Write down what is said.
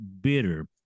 bitter